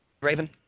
Raven